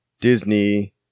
Disney